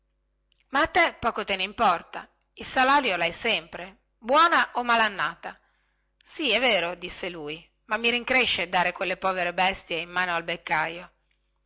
te poco te ne importa il salario lhai sempre buona o malannata sì è vero disse lui ma mi rincresce dare quelle povere bestie in mano al beccajo